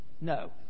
No